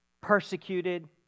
persecuted